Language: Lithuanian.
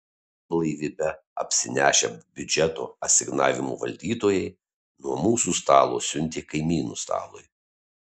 blaivybe apsinešę biudžeto asignavimų valdytojai nuo mūsų stalo siuntė kaimynų stalui